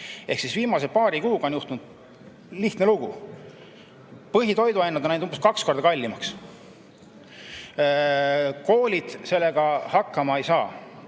Viimase paari kuuga on juhtunud lihtne lugu: põhitoiduained on läinud umbes kaks korda kallimaks. Koolid sellega hakkama ei saa.